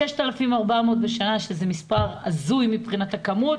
6,400 בשנה שזה מספר הזוי מבחינת הכמות,